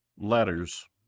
letters